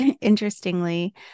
interestingly